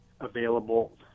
available